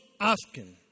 asking